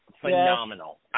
phenomenal